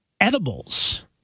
Edibles